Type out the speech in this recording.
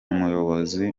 muyobozi